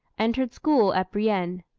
entered school at brienne.